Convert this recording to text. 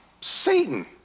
Satan